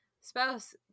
spouse